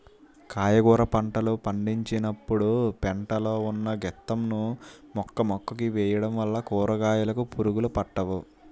కాయగుర పంటలు పండించినపుడు పెంట లో ఉన్న గెత్తం ను మొక్కమొక్కకి వేయడం వల్ల కూరకాయలుకి పురుగులు పట్టవు